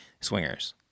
Swingers